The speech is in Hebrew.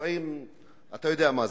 צבועים, אתה יודע מה זה.